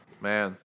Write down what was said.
man